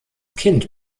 kind